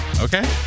okay